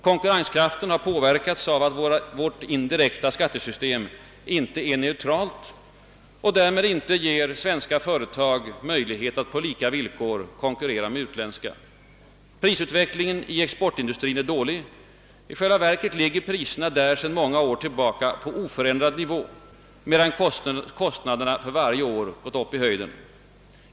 Konkurrenskraften har påverkats av att vårt indirekta skattesystem inte är neutralt och därmed inte ger svenska företag möjlighet att på lika villkor konkurrera med utländska. Prisutvecklingen i exportindustrin är dålig. I själva verket ligger priserna där sedan många år tillbaka på oförändrad nivå, medan kostnaderna för varje år gått upp i höjden.